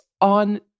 on